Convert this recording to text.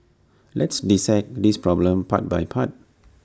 let's dissect this problem part by part